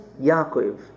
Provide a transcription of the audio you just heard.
Yaakov